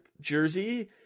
jersey